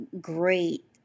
great